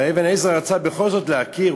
אבן עזרא רצה בכל זאת להכיר,